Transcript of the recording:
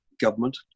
government